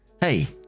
Hey